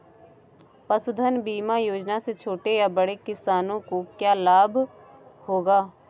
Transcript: पशुधन बीमा योजना से छोटे या बड़े किसानों को क्या लाभ होगा?